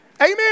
Amen